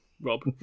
rob